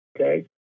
okay